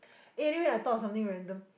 eh anyway I thought of something random